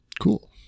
Cool